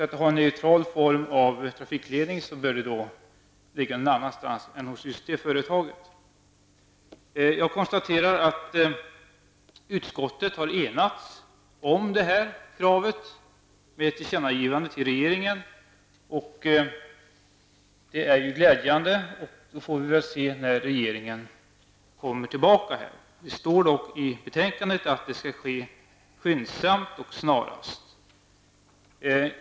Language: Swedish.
En neutral form av trafikledning bör ligga någon annanstans än hos just det företaget. Jag konstaterar att utskottet har enats om det kravet i ett tillkännagivande till regeringen, och det är ju glädjande. Då får vi väl se när regeringen återkommer. Det står dock i betänkandet att det skall ske skyndsamt och snarast.